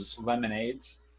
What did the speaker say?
lemonades